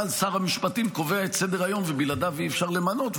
אבל שר המשפטים קובע את סדר-היום ובלעדיו אי-אפשר למנות,